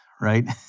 right